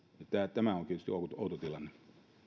tämä on tietysti outo tilanne